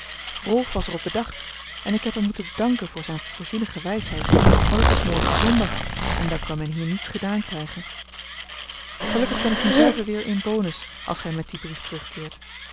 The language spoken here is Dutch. rolf was er op bedacht en ik heb hem moeten danken voor zijne voorzienige wijsheid want het is morgen zondag en dan kan men hier niets gedaan krijgen gelukkig ben ik nu zelve weer in bonis als gij met dien brief terugkeert